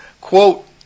Quote